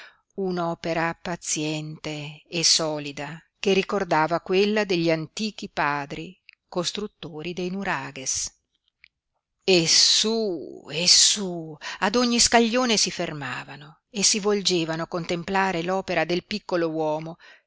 un'opera paziente e solida che ricordava quella degli antichi padri costruttori dei nuraghes e su e su ad ogni scaglione si fermavano e si volgevano a contemplare l'opera del piccolo uomo